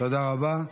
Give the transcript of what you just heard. תודה רבה.